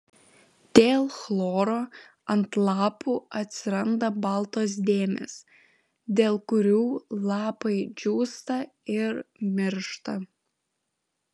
dėl chloro ant lapų atsiranda baltos dėmės dėl kurių lapai džiūsta ir miršta